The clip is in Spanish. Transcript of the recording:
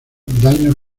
daños